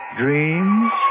dreams